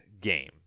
game